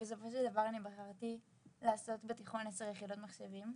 בסופו של דבר אני בחרתי לעשות בתיכון 10 יחידות מחשבים.